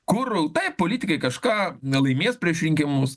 kur taip politikai kažką nelaimės prieš rinkimus